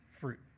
fruit